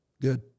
Good